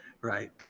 right